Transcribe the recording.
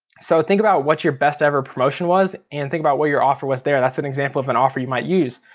so think about what your best ever promotion was and think about what your offer was there. that's an example of an offer you might use.